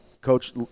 Coach